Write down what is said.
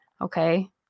okay